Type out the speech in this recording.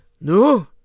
No